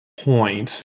point